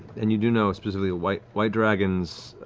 and you do know specifically white white dragons,